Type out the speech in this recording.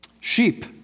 Sheep